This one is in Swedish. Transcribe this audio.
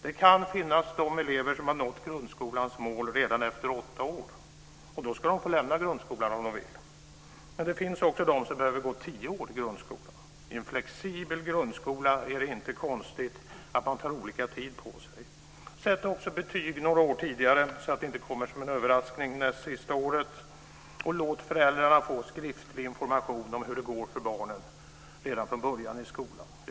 Det kan finnas elever som har nått grundskolans mål redan efter åtta år, och då ska de få lämna grundskolan om de vill. Men det finns också de som behöver gå tio år i grundskolan. I en flexibel grundskola är det inte konstigt att man tar olika tid på sig. Sätt också betyg några år tidigare, så att det inte kommer som en överraskning näst sista året. Låt föräldrarna få skriftlig information om hur det går för barnen redan från början i skolan.